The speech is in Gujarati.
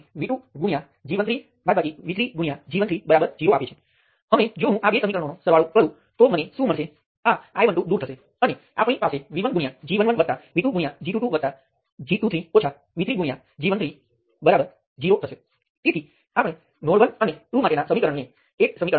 તે આધારિત વોલ્ટેજ સ્ત્રોત હોઈ શકે છે અથવા તે સ્વતંત્ર વોલ્ટેજ સ્ત્રોત હોઈ શકે છે હું જે કહું છું તે આપણી પાસે ત્યાં કરંટ નિયંત્રિત વોલ્ટેજ સ્ત્રોત છે અને વોલ્ટેજ ચોક્કસ કરંટ પર આધાર રાખે છે જે કરંટ પોતે રેઝિસ્ટરમાંથી વહેતો કરંટ નથી પરંતુ કરંટ વોલ્ટેજ સ્ત્રોતમાંથી છે પછી ભલે તે નિયંત્રિત હોય કે સ્વતંત્ર